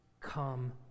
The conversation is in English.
Come